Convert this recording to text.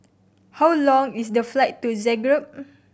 how long is the flight to Zagreb